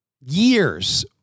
years